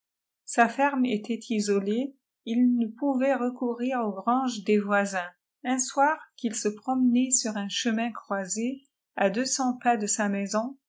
sa ferme était isolée il ne pouvait i ecourir auf grigfes ies voisins un soir qu'il se promeqaii sur un cbemin croisé â deux cents pas de sa maison